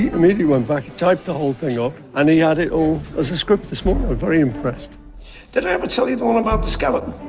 maybe he went back he typed the whole thing up and he had it all as a script this moment were very impressed did i ever tell you the one about the skeleton?